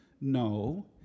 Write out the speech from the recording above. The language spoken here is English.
No